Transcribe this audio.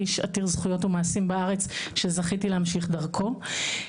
איש עתיר זכויות ומעשים בארץ שזכיתי להמשיך דרכו.